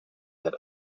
that